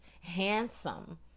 handsome